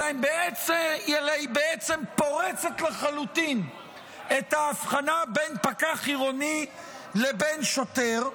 אלא היא בעצם פורצת לחלוטין את ההבחנה בין פקח עירוני לבין שוטר.